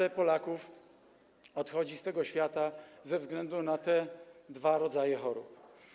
3/4 Polaków odchodzi z tego świata ze względu na te dwa rodzaje chorób.